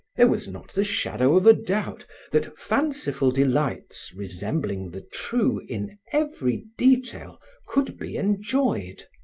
there was not the shadow of a doubt that fanciful delights resembling the true in every detail, could be enjoyed.